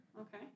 Okay